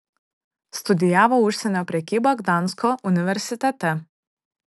studijavo užsienio prekybą gdansko universitete